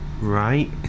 Right